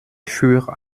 furent